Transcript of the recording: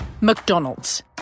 McDonald's